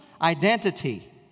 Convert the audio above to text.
identity